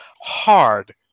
hard